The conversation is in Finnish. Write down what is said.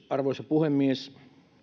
arvoisa puhemies